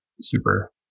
super